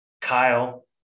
Kyle